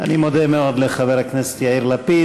אני מודה מאוד לחבר הכנסת יאיר לפיד.